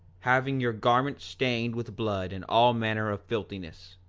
having your garments stained with blood and all manner of filthiness?